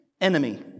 Enemy